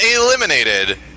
eliminated